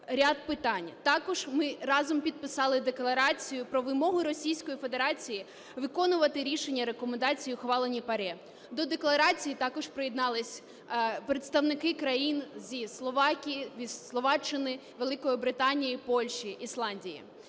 ряд питань. Також ми разом підписали декларацію про вимогу Російській Федерації виконувати рішення, рекомендації, ухвалені ПАРЄ. До декларації також приєднались представники країн зі Словаччини, Великої Британії, Польщі, Ісландії.